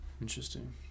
Interesting